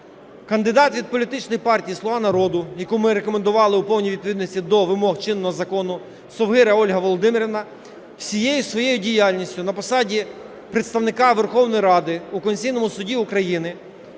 Кандидат від політичної партії "Слуга народу", якого ми рекомендували у повній відповідності до вимог чинного закону, Совгиря Ольга Володимирівна, всією своєю діяльністю на посаді Представника Верховної Ради у Конституційному Суді України